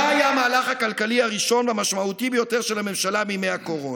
מה היה המהלך הכלכלי הראשון והמשמעותי ביותר של הממשלה בימי הקורונה?